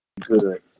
Good